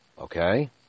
okay